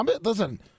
listen